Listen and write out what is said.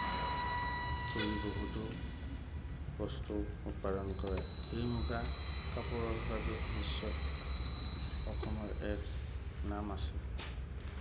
কৰি বহুতো বস্তু উৎপাদন কৰে সেই মূগা কাপোৰৰ বাবে বিশ্বত অসমৰ এক নাম আছে